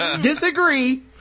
Disagree